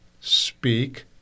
Speak